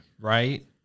right